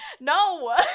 No